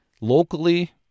Locally